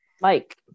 Mike